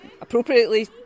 appropriately